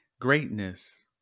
greatness